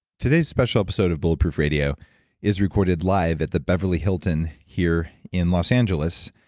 today's special episode of bulletproof radio is recorded live at the beverly hilton here in los angeles,